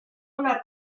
una